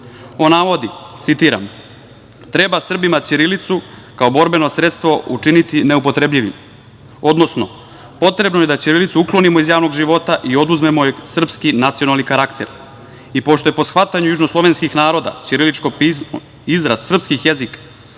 On navodi, citiram: "Treba Srbima ćirilicu kao borbeno sredstvo učiniti neupotrebljivim, odnosno potrebno je da ćirilicu uklonimo iz javnog života i oduzmemo joj srpski nacionalni karakter. I pošto je po shvatanju južnoslovenskih naroda ćiriličko pismo izraz srpskih jezika,